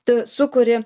tu sukuri